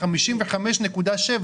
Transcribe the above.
ה-55,7,